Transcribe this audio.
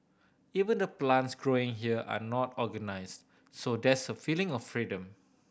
even the plants growing here are not organised so there's a feeling of freedom